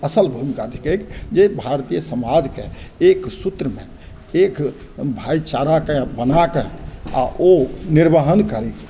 असल भूमिका थिकै जे भारतीय समाजके एक सूत्रमे एक भाइचाराके बनाकऽ आओर ओ निर्वहन करै